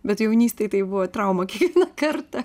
bet jaunystėj tai buvo trauma kiekvieną kartą